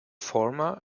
former